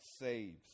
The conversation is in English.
saves